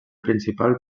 principal